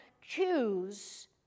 choose